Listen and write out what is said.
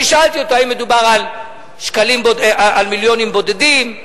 אני שאלתי אותו: האם מדובר על מיליונים בודדים,